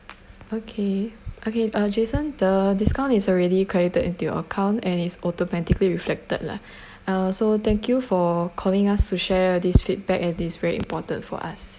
okay okay uh jason the discount is already credited into your account and is automatically reflected lah uh so thank you for calling us to share these feedback as this is very important for us